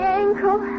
ankle